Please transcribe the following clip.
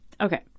Okay